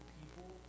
people